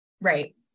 Right